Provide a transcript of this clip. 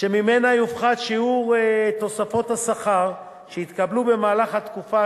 שממנה יופחת שיעור תוספות השכר שהתקבלו בתקופה